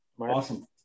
Awesome